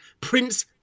Prince